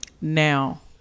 now